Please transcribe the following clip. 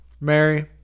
Mary